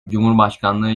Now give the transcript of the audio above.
cumhurbaşkanlığı